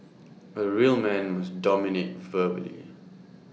A real man must dominate verbally